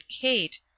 kate